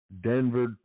Denver